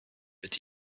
but